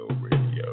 radio